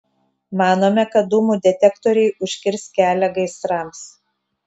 manome kad dūmų detektoriai užkirs kelią gaisrams